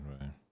right